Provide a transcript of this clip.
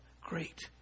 Great